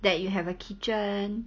that you have a kitchen